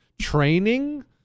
Training